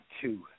Two